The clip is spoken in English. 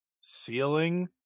ceiling